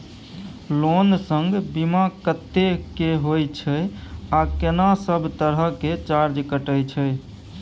Loan संग बीमा कत्ते के होय छै आ केना सब तरह के चार्ज कटै छै?